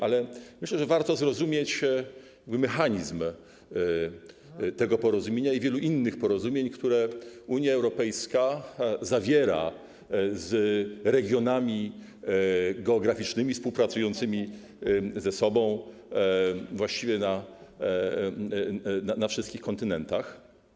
Myślę jednak, że warto zrozumieć mechanizm tego porozumienia i wielu innych porozumień, które Unia Europejska zawiera z regionami geograficznymi, współpracującymi ze sobą właściwie na wszystkich kontynentach.